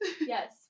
Yes